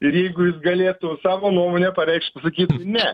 ir jeigu jis galėtų savo nuomonę pareikšti sakytų ne